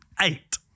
Eight